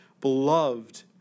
Beloved